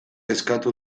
eskatu